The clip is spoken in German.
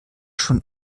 schon